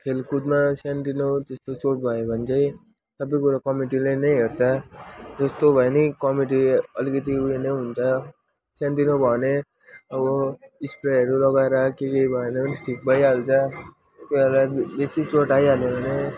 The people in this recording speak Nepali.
खेलकुदमा सानोतिनो त्यस्तो चोट भयो भने चाहिँ कति कुरा कमिटीले नै हेर्छ त्यस्तो भए नि कमिटी अलिकति उयो नै हुन्छ सानोतिनो भए नि अब स्प्रेहरू लगाएर के के गरेर ठिक भइहाल्छ त्यहाँबाद बेसी चोट आइहाल्यो भने